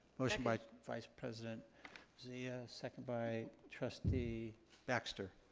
motion by vice president zia. second by trustee baxter.